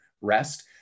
rest